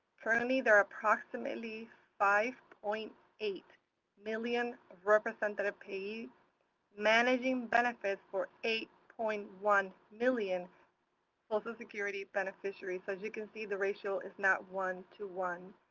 currently, there are approximately five point eight million representative payees managing benefits for eight point one million social security beneficiaries, so as you can see the ratio is not one to one.